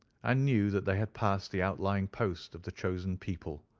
and knew that they had passed the outlying post of the chosen people,